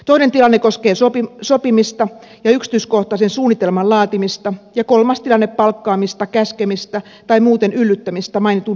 toinen tilanne koskee sopimista ja yksityiskohtaisen suunnitelman laatimista ja kolmas tilanne palkkaamista käskemistä tai muuten yllyttämistä mainitun rikoksen tekemiseen